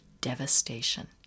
devastation